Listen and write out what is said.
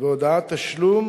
והודעת תשלום